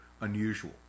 unusual